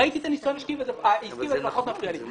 ראיתי את הניסיון העסקי וזה פחות מפריע לי.